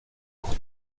pour